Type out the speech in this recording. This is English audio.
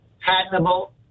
patentable